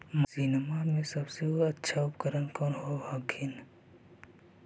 मसिनमा मे सबसे अच्छा कौन सा उपकरण कौन होब हखिन?